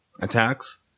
attacks